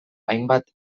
hainbat